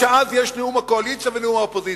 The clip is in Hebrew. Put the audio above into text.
שאז יש נאום הקואליציה ונאום האופוזיציה,